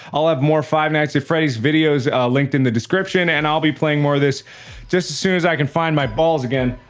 i'll have more five nights at freddy's videos linked in the description and i'll be playing more of this just as soon as i can find my balls again.